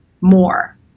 more